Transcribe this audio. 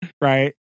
right